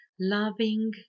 loving